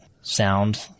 sound